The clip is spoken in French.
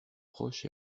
proche